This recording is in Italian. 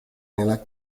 nella